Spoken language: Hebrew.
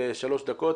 שלוש דקות,